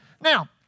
Now